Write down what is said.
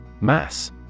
Mass